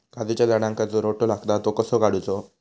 काजूच्या झाडांका जो रोटो लागता तो कसो काडुचो?